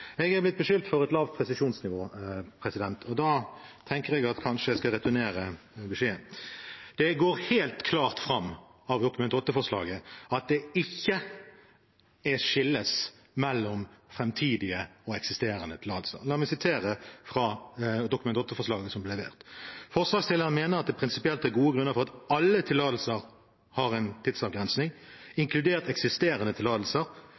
Jeg er blitt beskyldt for et lavt presisjonsnivå, og jeg tenker at jeg kanskje skal returnere beskjeden. Det går helt klart fram av Dokument 8-forslaget at det ikke skilles mellom framtidige og eksisterende tillatelser. La meg sitere fra Dokument 8-forslaget: «Forslagsstillerne mener det prinsipielt er gode grunner for at alle tillatelser har en tidsavgrensning, inkludert eksisterende tillatelser,